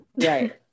Right